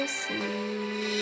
see